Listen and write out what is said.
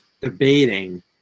debating